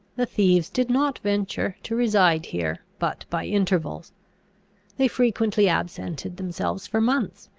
the thieves did not venture to reside here but by intervals they frequently absented themselves for months,